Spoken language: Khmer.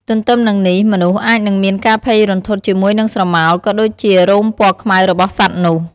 ទន្ទឹមនឹងនេះមនុស្សអាចនឹងមានការភ័យរន្ធត់ជាមួយនឹងស្រមោល ក៏ដូចជារោមពណ៌ខ្មៅរបស់សត្វនោះ។